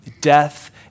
Death